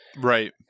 Right